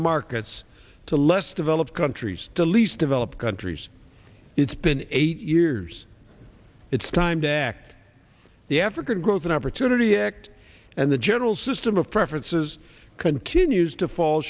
markets to less developed countries the least developed countries it's been eight years it's time to act the african growth and opportunity act and the general system of preferences continues to fall